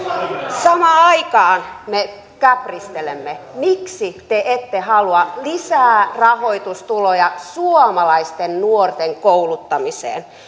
samaan aikaan me käpristelemme miksi te ette halua lisää rahoitustuloja suomalaisten nuorten kouluttamiseen